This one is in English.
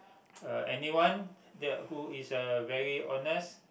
uh anyone that who is uh very honest